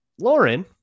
Lauren